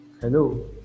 hello